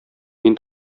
мин